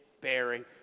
bearing